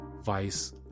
vice